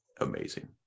amazing